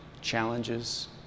challenges